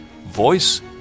voice